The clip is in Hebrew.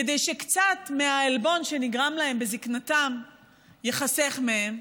כדי שקצת מהעלבון שנגרם להם בזקנתם ייחסך מהם,